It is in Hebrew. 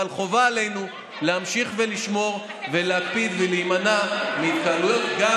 אבל חובה עלינו להמשיך ולשמור ולהקפיד ולהימנע מהתקהלויות גם,